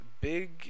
Big